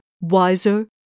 wiser